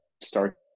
start